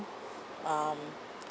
um